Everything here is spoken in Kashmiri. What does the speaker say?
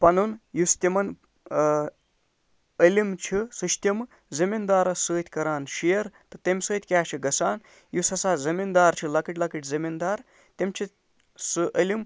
پَنُن یُس تِمَن ٲں علِم چھُ سُہ چھ تِم زٔمیٖن دارَس سۭتۍ کران شِیر تہٕ تَمہِ سۭتۍ کیٛاہ چھُ گژھان یُس ہسا زٔمیٖندار چھُ لۄکٕٹۍ لۄکٕٹۍ زٔمیٖندار تِم چھِ سُہ علِم